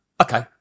okay